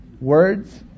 words